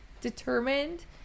determined